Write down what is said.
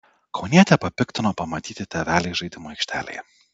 kaunietę papiktino pamatyti tėveliai žaidimų aikštelėje